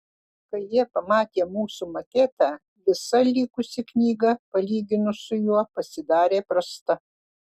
kai jie pamatė mūsų maketą visa likusi knyga palyginus su juo pasidarė prasta